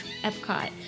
Epcot